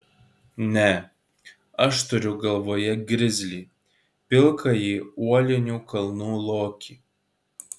ne aš turiu galvoje grizlį pilkąjį uolinių kalnų lokį